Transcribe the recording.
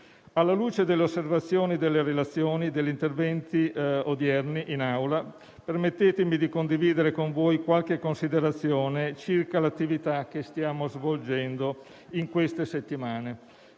Alla luce delle osservazioni, delle relazioni e degli interventi odierni in Aula, permettetemi di condividere con voi qualche considerazione circa l'attività che stiamo svolgendo in queste settimane.